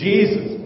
Jesus